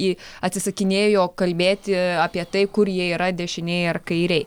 į atsisakinėjo kalbėti apie tai kur jie yra dešinėj ar kairėj